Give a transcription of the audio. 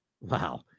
Wow